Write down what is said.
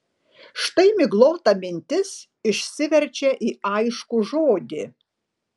štai miglota mintis išsiverčia į aiškų žodį